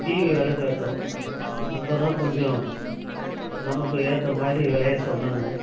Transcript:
TV வில கேட்டோம் அங்கே தான் கொஞ்சம் நமக்கு ஏற்ற மாதிரி விலைய சொன்னாங்க